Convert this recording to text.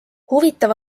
huvitav